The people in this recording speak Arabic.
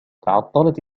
تعطلت